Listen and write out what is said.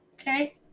okay